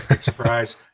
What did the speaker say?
Surprise